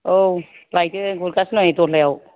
औ लायदों गुरगासिनो आं नै दलायाव